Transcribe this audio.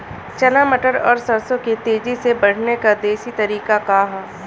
चना मटर और सरसों के तेजी से बढ़ने क देशी तरीका का ह?